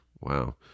wow